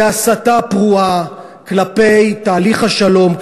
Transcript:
בהסתה פרועה כלפי תהליך השלום,